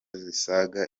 zisaga